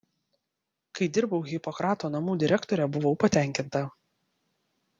kai dirbau hipokrato namų direktore buvau patenkinta